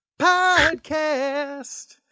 podcast